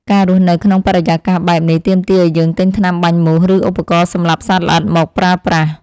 ការរស់នៅក្នុងបរិយាកាសបែបនេះទាមទារឱ្យយើងទិញថ្នាំបាញ់មូសឬឧបករណ៍សម្លាប់សត្វល្អិតមកប្រើប្រាស់។